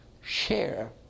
share